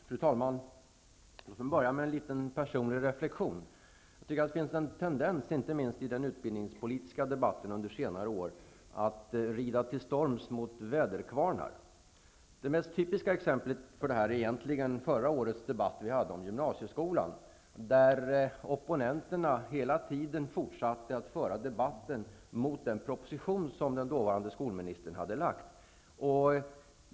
Fru talman! Jag vill börja med en personlig liten reflexion. Jag tycker nämligen att det finns en tendens, inte minst gäller det den utbildningspolitiska debatten under senare år, att rida till storms mot väderkvarnar. Det mest typiska exemplet är egentligen förra årets debatt här om gymnasieskolan. Hela tiden fortsatte opponenterna att föra debatten mot den proposition som den dåvarande skolministern hade lagt fram.